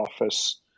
office